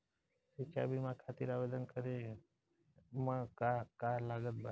शिक्षा बीमा खातिर आवेदन करे म का का लागत बा?